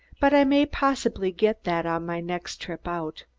but i may possibly get that on my next trip out.